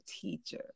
teacher